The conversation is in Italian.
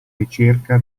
ricerca